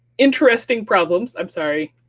interesting problems i'm sorry,